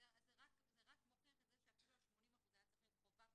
זה רק מוכיח את זה שה-80% צריך להיות חובה,